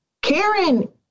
Karen